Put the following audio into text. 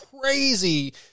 crazy